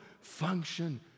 function